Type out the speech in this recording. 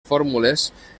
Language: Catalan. fórmules